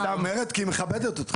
היא אומרת כי היא מכבדת אותך.